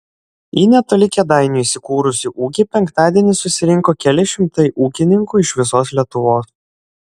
į netoli kėdainių įsikūrusį ūkį penktadienį susirinko keli šimtai ūkininkų iš visos lietuvos